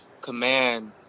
command